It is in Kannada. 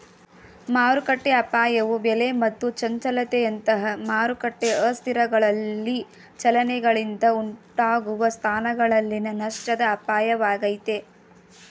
ಮಾರುಕಟ್ಟೆಅಪಾಯವು ಬೆಲೆ ಮತ್ತು ಚಂಚಲತೆಯಂತಹ ಮಾರುಕಟ್ಟೆ ಅಸ್ಥಿರಗಳಲ್ಲಿ ಚಲನೆಗಳಿಂದ ಉಂಟಾಗುವ ಸ್ಥಾನಗಳಲ್ಲಿನ ನಷ್ಟದ ಅಪಾಯವಾಗೈತೆ